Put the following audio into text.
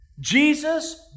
Jesus